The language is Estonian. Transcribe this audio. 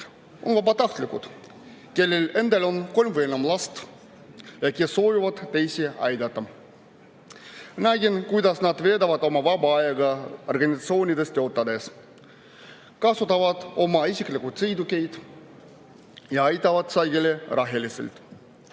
vabatahtlikud, kellel endal on kolm või enam last ja kes soovivad teisi aidata. Nägin, kuidas nad veedavad oma vaba aega organisatsioonides töötades, kasutavad oma isiklikke sõidukeid ja aitavad sageli